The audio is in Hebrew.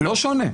לא שונה.